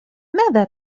ماذا